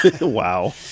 Wow